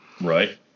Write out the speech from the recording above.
Right